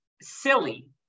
silly